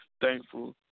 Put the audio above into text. thankful